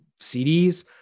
CDs